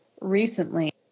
recently